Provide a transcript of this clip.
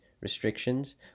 restrictions